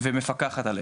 ומפקחת עליהן.